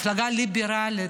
מפלגה ליברלית.